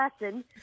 lesson